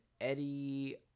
Eddie